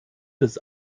des